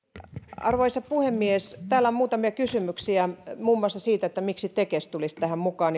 arvoisa puhemies täällä on muutamia kysymyksiä muun muassa siitä miksi tekes tulisi tähän mukaan